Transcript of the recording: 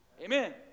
Amen